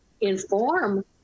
inform